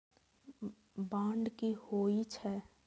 Bond की होई छै?